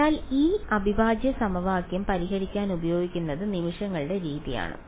അതിനാൽ ഈ അവിഭാജ്യ സമവാക്യം പരിഹരിക്കാൻ ഉപയോഗിക്കുന്നത് നിമിഷങ്ങളുടെ രീതിയാണ്